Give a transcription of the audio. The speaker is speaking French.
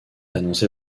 annoncée